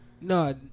no